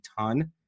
ton